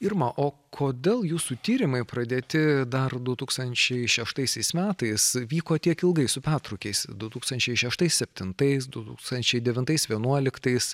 irma o kodėl jūsų tyrimui pradėti dar du tūkstančiai šeštaisiais metais vyko tiek ilgai su pertrūkiaisdu tūkstančiai šeštais septintais du tūkstančiai devintais vienuoliktais